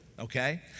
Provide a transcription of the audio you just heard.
Okay